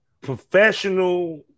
professional